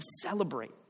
celebrate